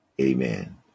amen